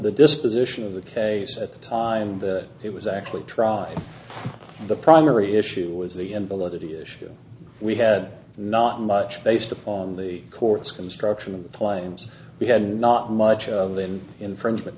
disposition of the case at the time that it was actually try the primary issue was the invalidity issue we had not much based upon the court's construction claims we had not much of the in infringement